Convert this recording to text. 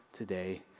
today